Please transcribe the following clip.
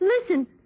Listen